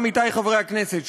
עמיתי חברי הכנסת,